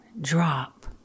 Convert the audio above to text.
drop